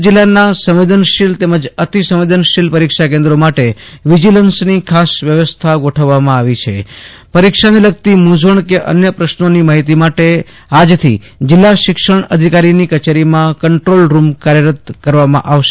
કરછ જીલ્લામાં સવેદનશીલ તેમજ અતિ સવેદનશીલ પરીક્ષા કેન્દ્રો માટે વિજીલન્સ ની ખાસ વ્યવસ્થા ગોઠવવા માં આવી છે પરીક્ષા ને લગતી મુજવણ કે અન્ય પશ્નો ની માફિતી માટે આજથી જિલા શિક્ષણ અધિકારી ની કચેરી માં કંટ્રોલ રૂમ કાર્યરત કરવામાં આવશે